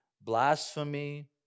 blasphemy